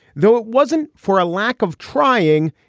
though it wasn't for a lack of trying.